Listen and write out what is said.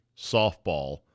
softball